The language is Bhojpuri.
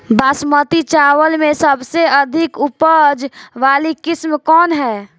बासमती चावल में सबसे अधिक उपज वाली किस्म कौन है?